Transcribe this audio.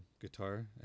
guitar